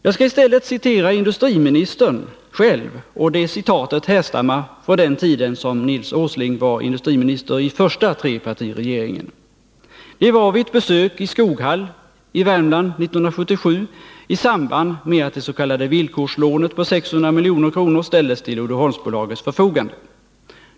Jag skall i stället citera industriministern själv, och det citatet härstammar från den tid då Nils Åsling var industriminister i första trepartiregeringen. Det var vid ett besök i Skoghall i Värmland 1977, i samband med att det s.k. villkorslånet på 600 milj.kr. ställdes till Uddeholmsbolagets förfogande.